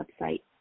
website